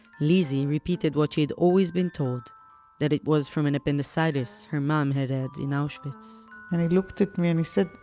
lizzie repeated what she had always been told that it was from an appendicitis her mom had had in auschwitz and he looked at me and he said,